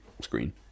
screen